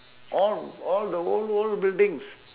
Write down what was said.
all all the old old buildings